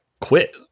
quit